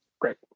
Great